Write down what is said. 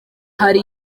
hari